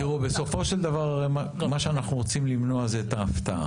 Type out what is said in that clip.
תראו, בסופו של דבר אנחנו רוצים למנוע את ההפתעה.